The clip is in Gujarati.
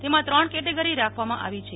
તેમા ત્રણ કેટેગરી રાખવામાં આવી છે